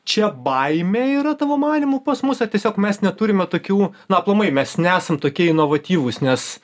čia baimė yra tavo manymu pas mus ar tiesiog mes neturime tokių na aplamai mes nesam tokie inovatyvūs nes